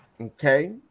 Okay